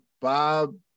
Bob